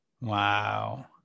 Wow